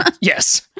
yes